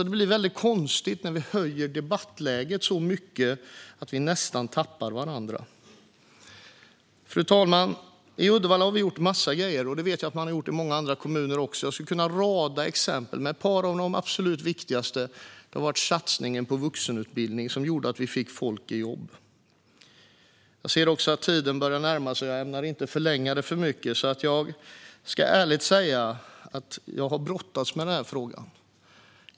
Det blir konstigt när vi höjer debattläget så mycket att vi nästan tappar varandra. Fru talman! I Uddevalla har vi gjort en massa grejer. Jag vet att man har gjort det i många andra kommuner också. Jag skulle kunna rada upp exempel. Men en av de absolut viktigaste var satsningen på vuxenutbildning. Den gjorde att vi fick folk i arbete. Jag ska vara ärlig och säga att jag har brottats med den här frågan.